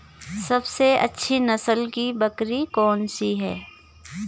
सबसे अच्छी नस्ल की बकरी कौन सी है?